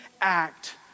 act